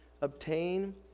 obtain